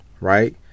right